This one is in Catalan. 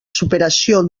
superació